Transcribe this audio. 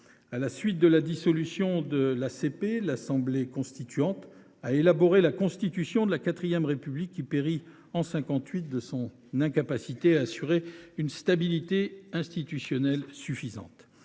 consultative provisoire, l’Assemblée constituante a élaboré la Constitution de la IV République, qui périt en 1958 de son incapacité à assurer une stabilité institutionnelle suffisante.